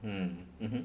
mm mmhmm